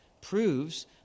proves